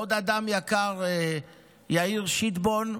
עוד אדם יקר, יאיר שטבון,